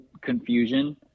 confusion